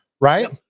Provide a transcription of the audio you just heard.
right